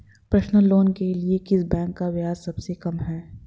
Personal loan के लिए किस बैंक का ब्याज सबसे कम है?